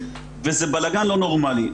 וזה בלגן לא נורמלי.